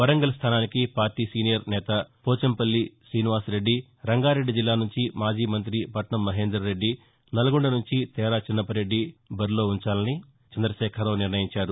వరంగల్ స్థానానికి party senior నేత పోచంపల్లి తీనివాస్రెడ్లి రంగారెడ్లి జిల్లా నుంచి మాజీ మంత్రి పట్నం మహేందర్రెడ్లి నల్గొండ నుంచి తేరా చిన్నపరెడ్డిని బరిలో ఉంచాలని కేసీఆర్ నిర్ణయించారు